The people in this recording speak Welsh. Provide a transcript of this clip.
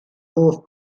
hoff